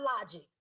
logic